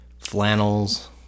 flannels